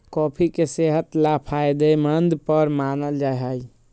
coffee के सेहत ला फायदेमंद पर मानल जाहई